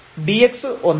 dx 1 ആണ്